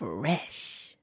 Fresh